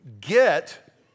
get